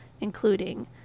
including